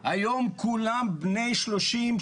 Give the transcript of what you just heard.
היום כולם בני 30,